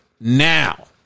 now